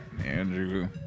Andrew